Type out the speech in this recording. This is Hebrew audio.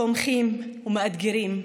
תומכים ומאתגרים,